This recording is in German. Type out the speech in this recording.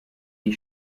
die